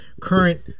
current